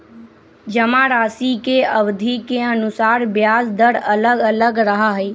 जमाराशि के अवधि के अनुसार ब्याज दर अलग अलग रहा हई